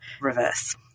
reverse